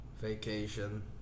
Vacation